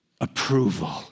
approval